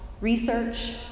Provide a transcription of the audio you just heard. research